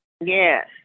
Yes